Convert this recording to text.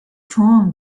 torn